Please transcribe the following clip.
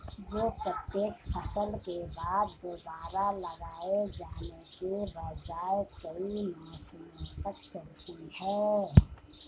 जो प्रत्येक फसल के बाद दोबारा लगाए जाने के बजाय कई मौसमों तक चलती है